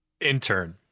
Intern